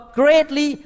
greatly